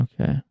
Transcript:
Okay